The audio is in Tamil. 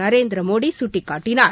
நரேந்திரமோடி சுட்டிக்காட்டினார்